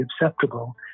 acceptable